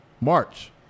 March